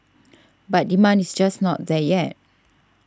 but demand is just not there yet